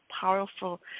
powerful